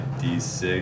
d6